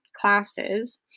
classes